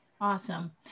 awesome